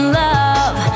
love